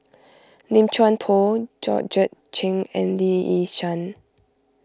Lim Chuan Poh Georgette Chen and Lee Yi Shyan